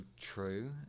true